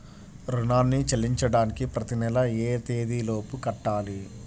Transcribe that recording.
రుణాన్ని చెల్లించడానికి ప్రతి నెల ఏ తేదీ లోపు కట్టాలి?